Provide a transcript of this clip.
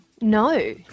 No